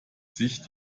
sich